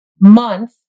month